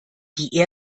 die